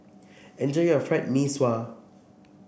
enjoy your Fried Mee Sua